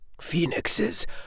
Phoenixes